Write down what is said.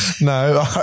No